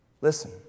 Listen